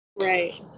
right